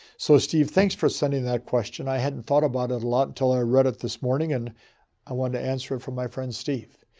so, steve, thanks for sending that question. i hadn't thought about it a lot until i read it this morning. and i want to answer it for my friend steve.